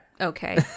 okay